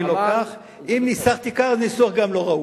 במימון אירופי,